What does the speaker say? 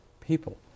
people